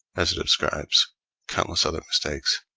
as it ascribes countless other mistakes,